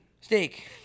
Steak